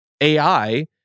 ai